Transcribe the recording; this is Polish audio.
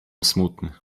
smutny